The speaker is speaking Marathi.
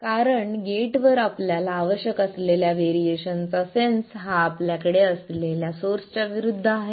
कारण गेटवर आपल्याला आवश्यक असलेल्या व्हेरिएशन चा सेंन्स हा आपल्याकडे असलेल्या सोर्स च्या विरूद्ध आहे